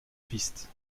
piste